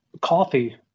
coffee